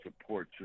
support